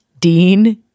Dean